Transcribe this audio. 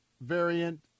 variant